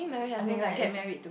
I mean like it's a